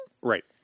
right